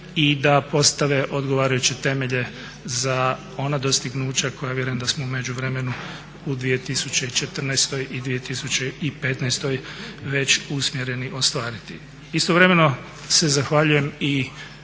i da postave odgovarajuće temelje za ona dostignuća koja vjerujem da smo u međuvremenu u 2014. i 2015. već usmjereni ostvariti. Istovremeno se zahvaljujem i